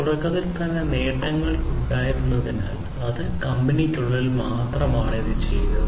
തുടക്കത്തിൽ തന്നെ നേട്ടങ്ങൾ ഉണ്ടായിരുന്നതിനാൽ അവരുടെ കമ്പനിക്കുള്ളിൽ മാത്രമാണ് ഇത് ചെയ്തത്